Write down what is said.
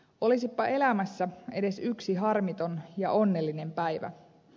olisipa elämässä edes yksi harmiton ja onnellinen päivä